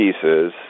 pieces